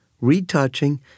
retouching